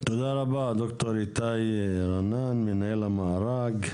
תודה רבה ד"ר איתי רנן מנהל המארג.